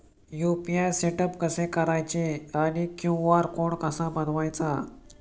UPI setup कसे करायचे आणि क्यू.आर कोड कसा बनवायचा?